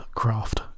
craft